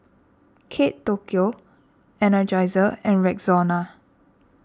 Kate Tokyo Energizer and Rexona